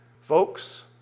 folks